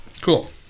Cool